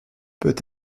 peut